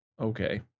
Okay